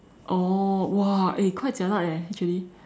oh !wah! eh quite jialat eh actually